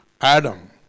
Adam